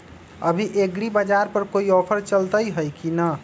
अभी एग्रीबाजार पर कोई ऑफर चलतई हई की न?